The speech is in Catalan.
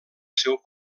seu